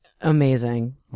amazing